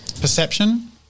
Perception